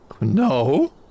No